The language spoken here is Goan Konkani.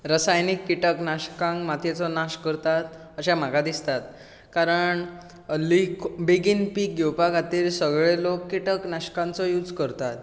रसायनीक किटक नाशकां मातयेचो नाश करतात अशें म्हाका दिसतां कारण लिग बेगीन पिक घेवपा खातीर सगळे लोक किटक नाशकांचो यूज करतात